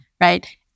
Right